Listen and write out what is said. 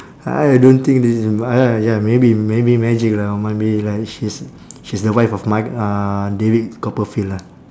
I don't think this is ah ya maybe maybe magic lah or might be like she's she's the wife of m~ uh david copperfield ah